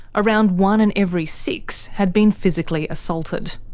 around one in every six had been physically assaulted.